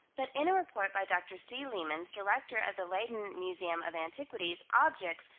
but in a report by dr. c. leemans, director of the leyden museum of antiquities, objects,